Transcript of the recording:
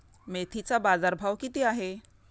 मेथीचा बाजारभाव किती आहे?